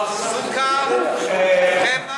על סוכר, על קמח,